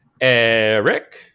Eric